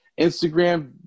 Instagram